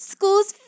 School's